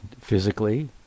physically